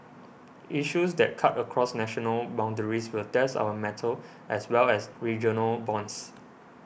issues that cut across national boundaries will test our mettle as well as regional bonds